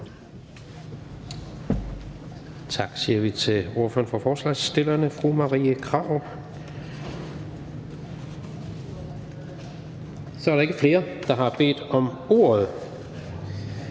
Tak siger vi til ordføreren for forslagsstillerne, fru Marie Krarup. Så er der ikke flere, der har bedt om ordet.